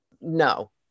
No